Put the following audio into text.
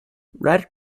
red